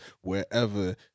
wherever